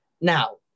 Now